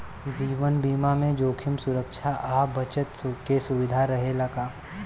जीवन बीमा में जोखिम सुरक्षा आ बचत के सुविधा रहेला का?